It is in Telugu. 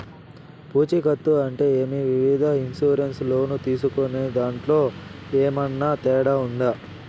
పూచికత్తు అంటే ఏమి? వివిధ ఇన్సూరెన్సు లోను తీసుకునేదాంట్లో ఏమన్నా తేడా ఉందా?